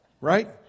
right